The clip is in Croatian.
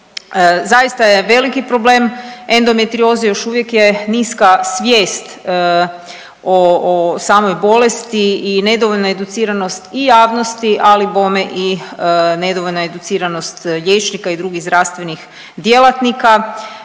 Zaista je veliki problem endometrioze, još uvijek je niska svijest o samoj bolesti i nedovoljnoj educiranosti i javnosti, ali bome i nedovoljna educiranost liječnika i drugih zdravstvenih djelatnika.